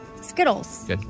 Skittles